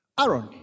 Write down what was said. Aaron